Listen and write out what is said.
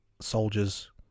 soldiers